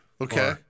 Okay